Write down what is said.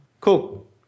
Cool